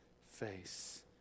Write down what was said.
face